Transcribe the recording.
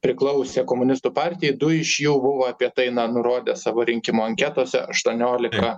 priklausė komunistų partijai du iš jų buvo apie tai na nurodę savo rinkimų anketose aštuoniolika